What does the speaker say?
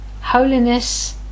Holiness